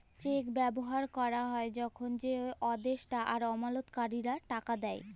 check ব্যবহার ক্যরা হ্যয় যখল যে আদেষ্টা তার আমালতকারীকে টাকা দেয়